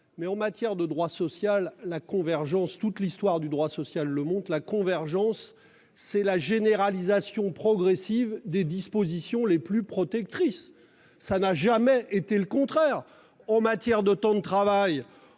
Or, en matière de droit social, la convergence, toute l'histoire du droit social le montre, c'est la généralisation progressive des dispositions les plus protectrices. Cela n'a jamais été le contraire ! Vous voulez la retraite